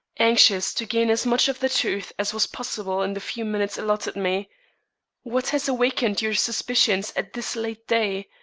anxious to gain as much of the truth as was possible in the few minutes allotted me what has awakened your suspicions at this late day?